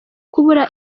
kubura